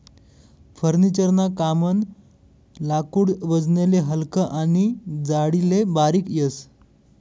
furniture ना कामनं लाकूड वजनले हलकं आनी जाडीले बारीक येस